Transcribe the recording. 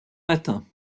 matin